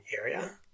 area